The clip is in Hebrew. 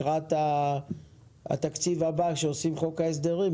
לקראת התקציב הבא וחוק ההסדרים,